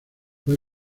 fue